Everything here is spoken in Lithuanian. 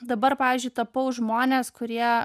dabar pavyzdžiui tapau žmones kurie